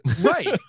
Right